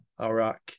Iraq